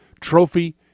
trophy